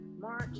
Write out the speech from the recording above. March